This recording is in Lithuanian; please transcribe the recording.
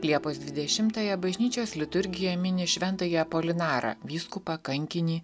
liepos dvidešimtąją bažnyčios liturgija mini šventąjį apolinarą vyskupą kankinį